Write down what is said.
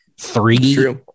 three